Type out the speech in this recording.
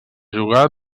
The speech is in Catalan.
jugar